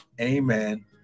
Amen